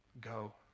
Go